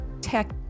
tech